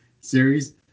series